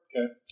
Okay